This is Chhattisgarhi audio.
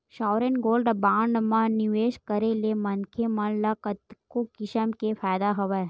सॉवरेन गोल्ड बांड म निवेस करे ले मनखे मन ल कतको किसम के फायदा हवय